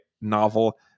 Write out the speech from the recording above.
novel